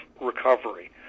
recovery